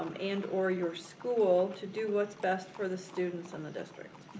and or your school, to do what's best for the students and the district.